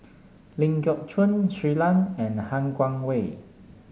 Ling Geok Choon Shui Lan and Han Guangwei